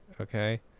Okay